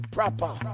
Proper